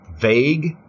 vague